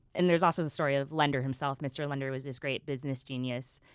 and there's also the story of lender himself. mister lender was this great business genius.